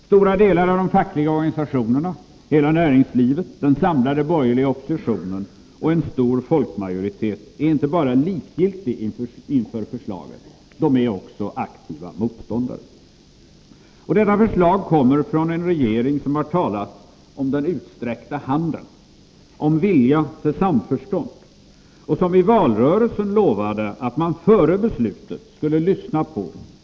Stora delar av de fackliga organisationerna, hela näringslivet, den samlade borgerliga oppositionen och en stor folkmajoritet är inte bara likgiltiga för förslaget — de är också aktiva motståndare till det.